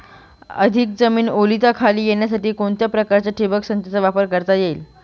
अधिक जमीन ओलिताखाली येण्यासाठी कोणत्या प्रकारच्या ठिबक संचाचा वापर करता येईल?